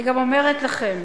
אני גם אומרת לכם: